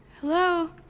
Hello